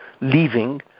leaving